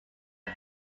are